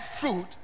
fruit